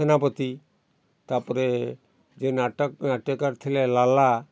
ସେନାପତି ତା'ପରେ ଯେଉଁ ନାଟକ ନାଟ୍ୟକାର ଥିଲେ ଲାଲା